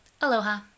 aloha